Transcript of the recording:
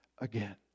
again